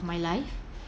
my life